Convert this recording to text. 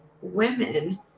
women